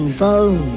phone